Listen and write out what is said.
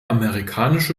amerikanische